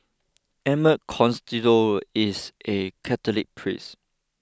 Emmett Costello is a Catholic priest